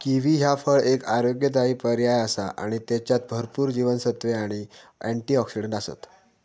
kiwi ह्या फळ एक आरोग्यदायी पर्याय आसा आणि त्येच्यात भरपूर जीवनसत्त्वे आणि अँटिऑक्सिडंट आसत